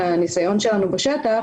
מהניסיון שלנו בשטח,